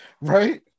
Right